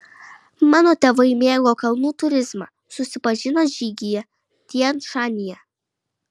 mano tėvai mėgo kalnų turizmą susipažino žygyje tian šanyje